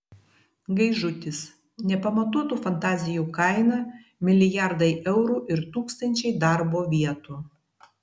gaižutis nepamatuotų fantazijų kaina milijardai eurų ir tūkstančiai darbo vietų